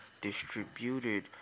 distributed